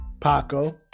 Paco